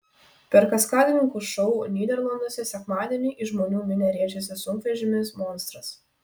per kaskadininkų šou nyderlanduose sekmadienį į žmonų minią rėžėsi sunkvežimis monstras